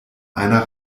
einer